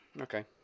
Okay